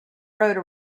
rode